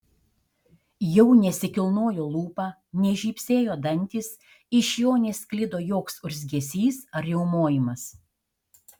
jau nesikilnojo lūpa nežybsėjo dantys iš jo nesklido joks urzgesys ar riaumojimas